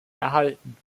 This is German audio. erhalten